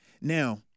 Now